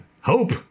Hope